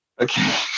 Okay